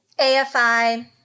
AFI